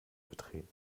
betreten